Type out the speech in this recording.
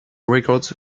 records